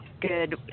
good